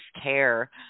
care